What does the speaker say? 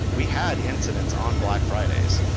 we had incidents on black fridays,